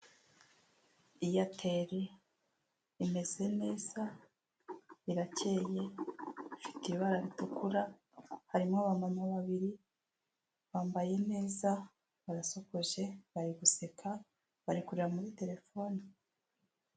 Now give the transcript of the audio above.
Eyateri imeze neza irakeye ifite ibara ritukura harimo aba mama babiri bambaye neza barasokoje bari guseka bari kureba muri telefone.